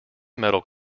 metal